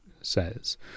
says